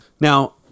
Now